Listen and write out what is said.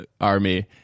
army